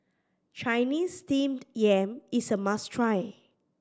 Chinese Steamed Yam is a must try